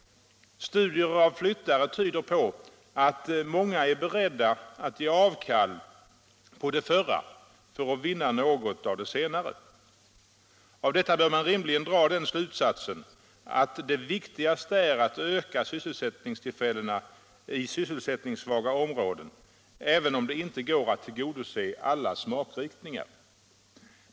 Studier av flyttare tyder på att många är beredda att ge avkall på det förra för att vinna något av det senare. Av detta bör man rimligen dra den slutsatsen att det är viktigast att öka arbetstillfällena i sysselsättningssvaga områden, även om det inte går att tillgodose alla smakriktningar.